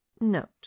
Note